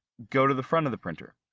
go to the front of the printer.